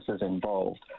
involved